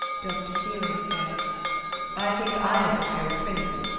dr. seward said i think i had better go with quincey.